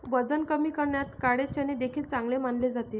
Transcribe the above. वजन कमी करण्यात काळे चणे देखील चांगले मानले जाते